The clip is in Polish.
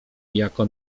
jako